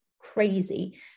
Crazy